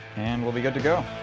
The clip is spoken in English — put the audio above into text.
and we'll be good to go.